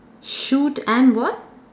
shoot and what